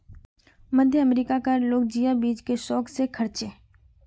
मध्य अमेरिका कार लोग जिया बीज के शौक से खार्चे